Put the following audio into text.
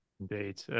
Indeed